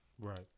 Right